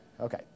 Okay